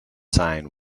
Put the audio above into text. sign